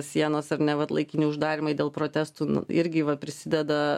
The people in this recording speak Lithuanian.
sienos ar ne vat laikini uždarymai dėl protestų nu irgi va prisideda